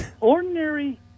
Ordinary